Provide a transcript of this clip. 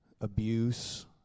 abuse